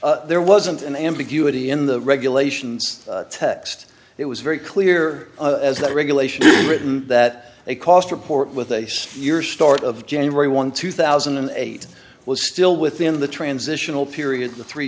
nine there wasn't an ambiguity in the regulations text it was very clear that regulations written that they cost report with ace your start of january one two thousand and eight was still within the transitional period a three